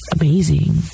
amazing